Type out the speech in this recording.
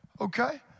okay